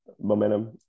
momentum